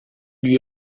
lui